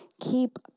keep